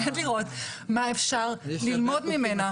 נראה מה אפשר ללמוד ממנה,